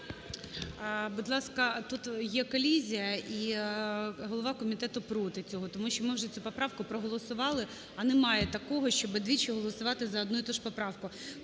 Будь ласка, тут є колізія, і голова комітету проти цього, тому що ми вже цю поправку проголосували, а немає такого, щоби двічі голосувати за одну і ту ж поправку.